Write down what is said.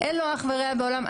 אין לו אח ורע בעולם.